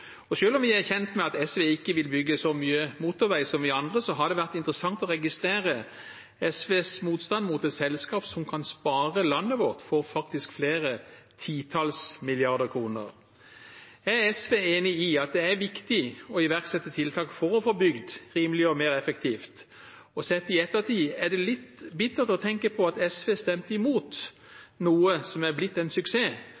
ut. Selv om vi er kjent med at SV ikke vil bygge så mye motorvei som oss andre, har det vært interessant å registrere SVs motstand mot et selskap som kan spare landet vårt for flere titall milliarder kroner. Er SV enig i at det er viktig å iverksette tiltak for å få bygd rimeligere og mer effektivt? Og sett i ettertid: Er det litt bittert å tenke på at SV stemte